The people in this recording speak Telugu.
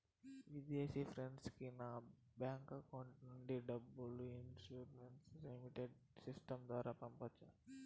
విదేశీ ఫ్రెండ్ కి నా బ్యాంకు అకౌంట్ నుండి డబ్బును ఇన్వార్డ్ రెమిట్టెన్స్ సిస్టం ద్వారా పంపొచ్చా?